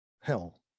hell